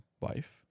wife